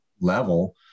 level